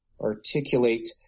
articulate